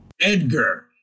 Edgar